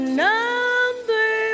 number